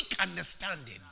understanding